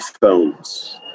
phones